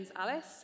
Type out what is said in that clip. Alice